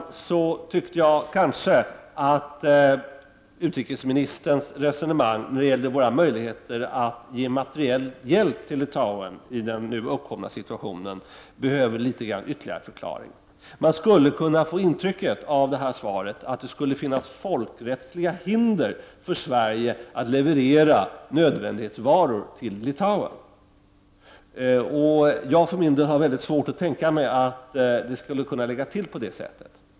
Herr talman! Jag tyckte att utrikesministerns resonemang när det gäller våra möjligheter att ge materiell hjälp till Litauen i den nu uppkomna situationen kanske behöver ytterligare litet förklaring. Man skulle av svaret kunna få intryck av att det finns folkrättsliga hinder som gör det omöjligt för Sverige att leverera nödvändighetsvaror till Litauen. Jag har för min del mycket svårt att tänka mig att det skulle kunna ligga till på det sättet.